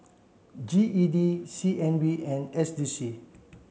G E D C N B and S D C